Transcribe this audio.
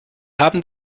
haben